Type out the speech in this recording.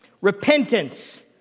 Repentance